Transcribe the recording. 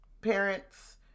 parents